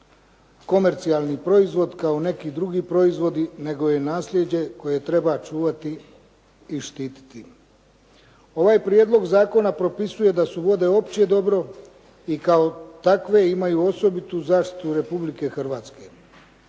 komercijalni proizvod, kao neki drugi proizvodi, nego je nasljeđe koje treba čuvati i štititi. Ovaj prijedlog zakona propisuje da su vode opće dobro i kao takve imaju osobitu zaštitu Republike Hrvatske.